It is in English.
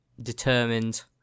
determined